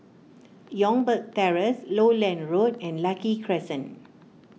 Youngberg Terrace Lowland Road and Lucky Crescent